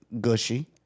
gushy